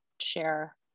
share